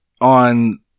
On